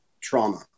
trauma